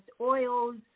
oils